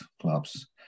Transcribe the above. clubs